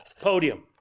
podium